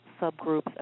subgroups